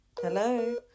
hello